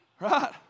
right